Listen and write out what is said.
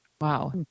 Wow